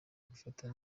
gufata